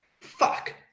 Fuck